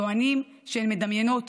טוענים שהן מדמיינות,